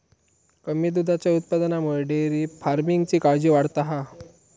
कमी दुधाच्या उत्पादनामुळे डेअरी फार्मिंगची काळजी वाढता हा